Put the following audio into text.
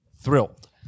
thrilled